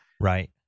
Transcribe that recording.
Right